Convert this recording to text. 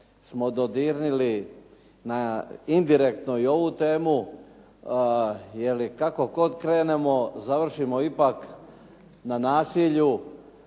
smo dodirnuli na indirektno i ovu temu. Kako god krenemo završimo ipak na nasilju